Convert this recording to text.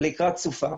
לקראת סופה,